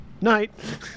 Night